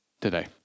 today